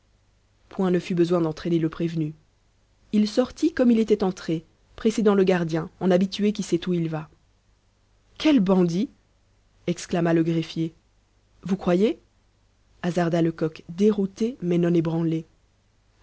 point ne fut besoin d'entraîner le prévenu il sortit comme il était entré précédant le gardien en habitué qui sait où il va quel bandit exclama le greffier vous croyez hasarda lecoq dérouté mais non ébranlé